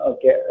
Okay